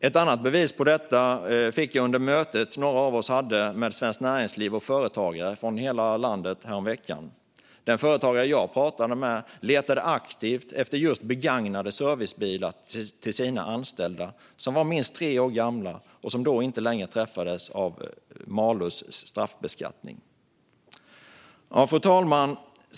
Ett annat bevis på detta fick jag under det möte några av oss hade med Svenskt Näringsliv och företagare från hela landet häromveckan. Den företagare jag pratade med letade aktivt efter just begagnade servicebilar till sina anställda som var minst tre år gamla och som då inte längre träffades av malus straffbeskattning. Fru talman!